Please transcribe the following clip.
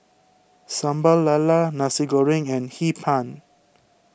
Sambal Lala Nasi Goreng and Hee Pan